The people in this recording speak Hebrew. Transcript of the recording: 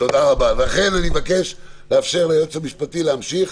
לכן אני מבקש לאפשר ליועץ המשפטי להמשיך.